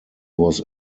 was